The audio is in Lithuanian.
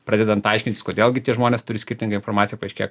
pradedant aiškintis kodėl gi tie žmonės turi skirtingą informaciją paaiškėja